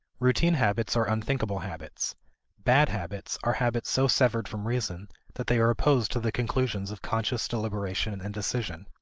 routine habits are unthinking habits bad habits are habits so severed from reason that they are opposed to the conclusions of conscious deliberation and decision.